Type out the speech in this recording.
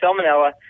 salmonella